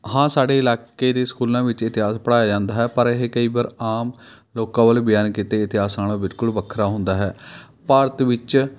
ਹਾਂ ਸਾਡੇ ਇਲਾਕੇ ਦੇ ਸਕੂਲਾਂ ਵਿੱਚ ਇਤਿਹਾਸ ਪੜ੍ਹਾਇਆ ਜਾਂਦਾ ਹੈ ਪਰ ਇਹ ਕਈ ਵਾਰ ਆਮ ਲੋਕਾਂ ਵੱਲੋਂ ਬਿਆਨ ਕੀਤੇ ਇਤਿਹਾਸ ਨਾਲੋਂ ਬਿਲਕੁਲ ਵੱਖਰਾ ਹੁੰਦਾ ਹੈ ਭਾਰਤ ਵਿੱਚ